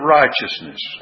righteousness